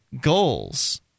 goals